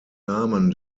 namen